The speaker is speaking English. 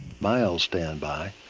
miles stand by,